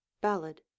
ballad